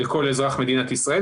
לכל אזרח מדינת ישראל,